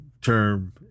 term